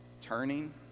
turning